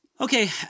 Okay